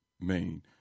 Main